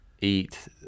eat